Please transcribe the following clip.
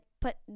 put